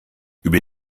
über